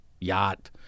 yacht